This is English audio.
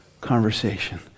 conversation